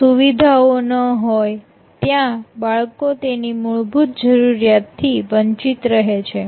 જયાં સુવિધાઓ ન હોય ત્યાં બાળકો તેની મૂળભૂત જરૂરિયાત થી વંચિત રહે છે